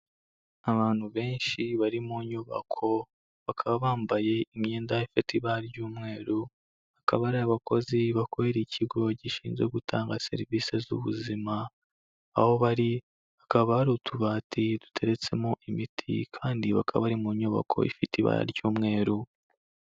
Abantu benshi bari mu nyubako, bakaba bambaye imyenda ifite ibara ry'umweru, bakaba ari abakozi bakorera ikigo gishinzwe gutanga serivisi z'ubuzima, aho bari hakaba hari utubati duteretsemo imiti kandi bakaba bari mu nyubako ifite ibara ry'umweru.